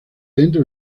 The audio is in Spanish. dentro